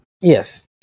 Yes